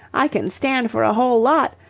i can stand for a whole lot,